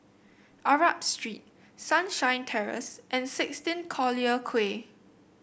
Arab Street Sunshine Terrace and sixteen Collyer Quay